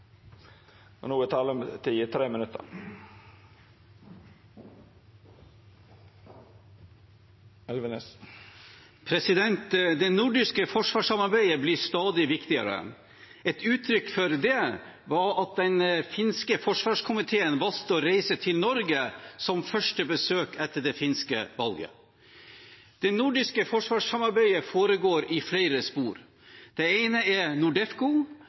Det nordiske forsvarssamarbeidet blir stadig viktigere. Et uttrykk for det var at den finske forsvarskomiteen valgte å reise til Norge, som første besøk, etter det finske valget. Det nordiske forsvarssamarbeidet foregår i flere spor. Det ene er NORDEFCO,